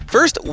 First